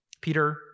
Peter